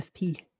FP